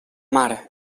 mar